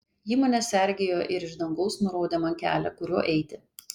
ji mane sergėjo ir iš dangaus nurodė man kelią kuriuo eiti